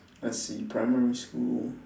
let's see primary school